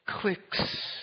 clicks